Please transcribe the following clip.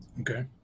okay